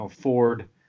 Ford